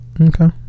Okay